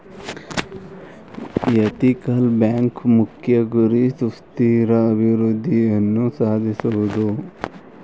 ethical ಬ್ಯಾಂಕ್ನ ಮುಖ್ಯ ಗುರಿ ಸುಸ್ಥಿರ ಅಭಿವೃದ್ಧಿಯನ್ನು ಸಾಧಿಸುವುದು